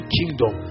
kingdom